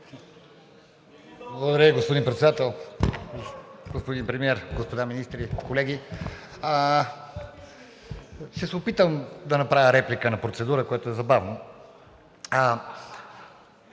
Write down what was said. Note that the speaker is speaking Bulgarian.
Благодаря Ви, господин Председател. Господин Премиер, господа министри, колеги! Ще се опитам да направя реплика на процедура, което е забавно.